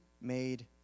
made